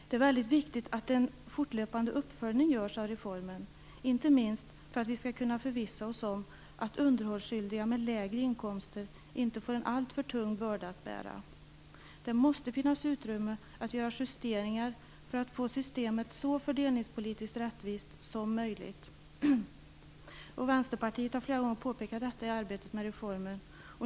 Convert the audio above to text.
Det är väldigt viktigt att en fortlöpande uppföljning görs av reformen, inte minst för att vi skall kunna förvissa oss om att underhållsskyldiga med lägre inkomster inte får en alltför tung börda att bära. Det måste finnas utrymme att göra justeringar för att få systemet så fördelningspolitiskt rättvist som möjligt. Vänsterpartiet har flera gånger påpekat detta i arbetet med reformen.